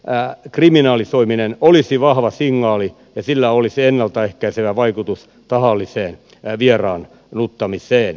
vieraannuttamisen kriminalisoiminen olisi vahva signaali ja sillä olisi ennalta ehkäisevä vaikutus tahalliseen vieraannuttamiseen